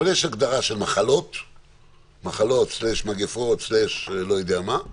אבל יש הגדרה של מחלות/ מגפות/ וירוס,